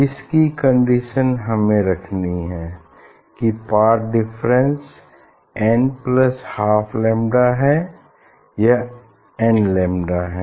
इसकी कंडीशन हमें रखनी है कि path difference N plus half lambda है या एन लैम्डा है